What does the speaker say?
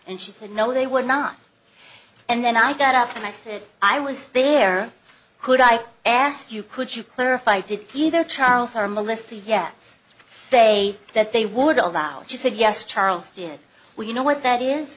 and she said no they were not and then i got up and i said i was there could i ask you could you clarify did either charles or melissa yet say that they would allow she said yes charles did we know what that is